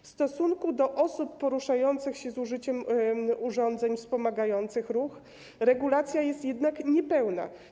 W stosunku do osób poruszających się z użyciem urządzeń wspomagających ruch regulacja jest jednak niepełna.